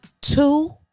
Two